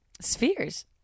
Spheres